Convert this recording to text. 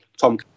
Tom